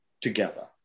together